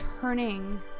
turning